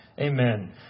Amen